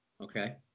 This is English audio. okay